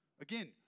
Again